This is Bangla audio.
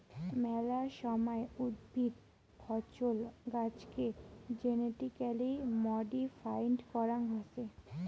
মেলা সময় উদ্ভিদ, ফছল, গাছেকে জেনেটিক্যালি মডিফাইড করাং হসে